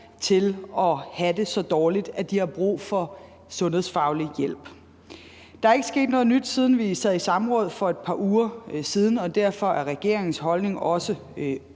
at have det så dårligt, at de har brug for sundhedsfaglig hjælp. Der er ikke sket noget nyt, siden vi sad i samråd for et par uger siden, og derfor er regeringens holdning også uændret.